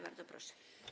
Bardzo proszę.